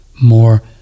more